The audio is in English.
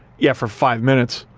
yeah for five minutes.